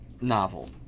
novel